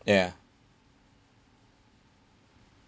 ya